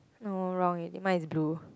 no wrong already mine is blue